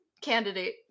candidate